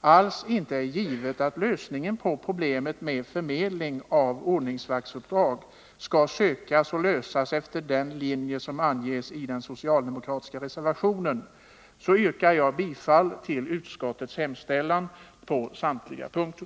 alls inte är givet att lösningen på problemet med förmedling av ordningsvaktsuppdrag skall sökas och lösas efter de linjer som anges i den socialdemokratiska reservationen, yrkar jag bifall till utskottets hemställan på samtliga punkter.